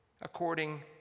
according